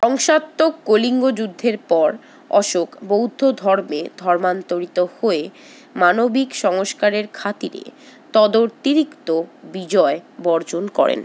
ধ্বংসাত্মক কলিঙ্গ যুদ্ধের পর অশোক বৌদ্ধ ধর্মে ধর্মান্তরিত হয়ে মানবিক সংস্কারের খাতিরে তদতিরিক্ত বিজয় বর্জন করেন